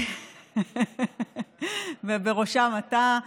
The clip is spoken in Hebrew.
ובראשם אתה.